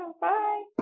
Bye